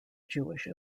jewish